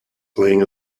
playing